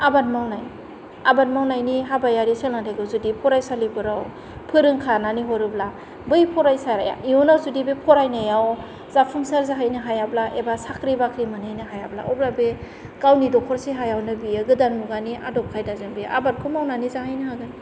आबाद मावनाय आबाद मावनायनि हाबायारि सोलोंथाइखौ जुदि फरायसालिफोराव फोरोंखानानै हरोब्ला बै फरायसाया इउनाव जुदि बे फरायनायाव जाफुंसार जाहैनो हायाब्ला एबा साख्रि बाख्रि मोनहैनो हायाब्ला अब्ला बे गावनि दखरसे हायावनो बियो गोदान मुगानि आदब खायदाजों बे आबादखौ मावनानै जाहैनो होगोन